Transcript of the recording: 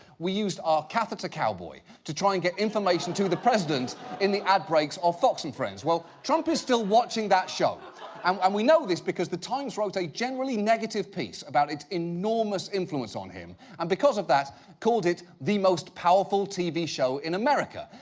we used our catheter cowboy to try and get information to the president in the ad breaks of fox and friends. well, trump is still watching that show um and we know this because the times wrote a generally negative piece about its enormous influence on him. and because of that called it. the most powerful tv show in america.